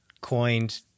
coined